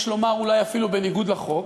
יש לומר אולי אפילו בניגוד לחוק,